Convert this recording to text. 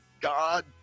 God